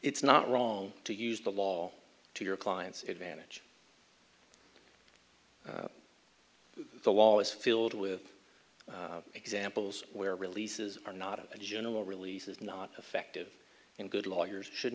it's not wrong to use the law to your client's advantage the law is filled with examples where releases are not a general release is not effective and good lawyers should